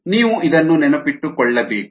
ನೀವು ಇದನ್ನು ನೆನಪಿನಲ್ಲಿಟ್ಟುಕೊಳ್ಳಬೇಕು